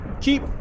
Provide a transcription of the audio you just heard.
keep